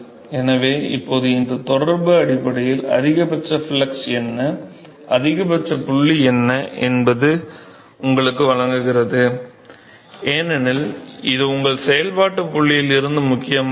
எனவே இப்போது இந்த தொடர்பு அடிப்படையில் அதிகபட்ச ஃப்ளக்ஸ் என்ன அதிகபட்ச புள்ளி என்ன என்பதை உங்களுக்கு வழங்குகிறது ஏனெனில் இது உங்கள் செயல்பாட்டு புள்ளியில் இருந்து முக்கியமானது